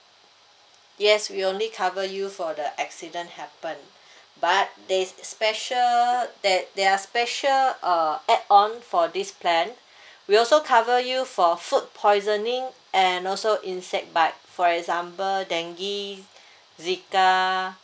yes we only cover you for the accident happen but there special that there are special uh add-on for this plan we also cover you for food poisoning and also insect bite for example dengue zika